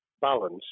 balance